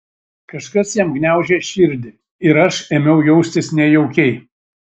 kažkas jam gniaužė širdį ir aš ėmiau jaustis nejaukiai